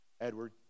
Edward